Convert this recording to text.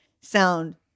sound